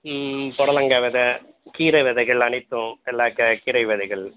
புடலங்கா விதை கீரை விதைகள் அனைத்தும் எல்லா க கீரை விதைகள்